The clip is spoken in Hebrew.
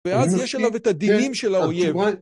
ואז יש עליו את הדילים של האויב